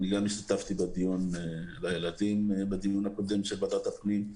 גם אני השתתפתי בדיון בוועדת הפנים.